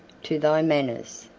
to thy manners.